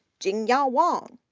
jingya ah wang,